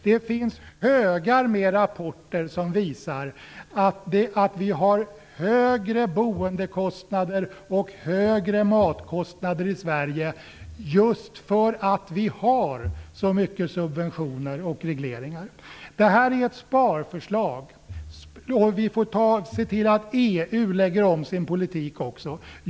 Det finns högar med rapporter som visar att vi har högre boendekostnader och högre matkostnader i Sverige just för att vi har så mycket subventioner och regleringar. Det här är ett sparförslag. Vi får se till att man i EU lägger om sin politik.